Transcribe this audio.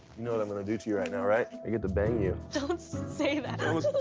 know what i'm gonna do to you right now, right? i get to bang you. don't say that.